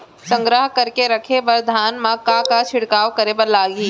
संग्रह करके रखे बर धान मा का का छिड़काव करे बर लागही?